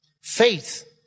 Faith